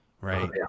right